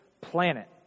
planet